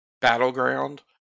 Battleground